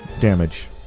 damage